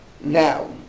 now